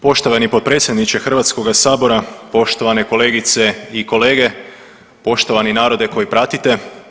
Poštovani potpredsjedniče Hrvatskoga sabora, poštovane kolegice i kolege, poštovani narode koji pratite.